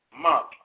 mom